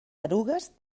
erugues